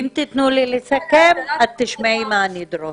אם תיתנו לי לסכם, את תשמעי מה אני אדרוש.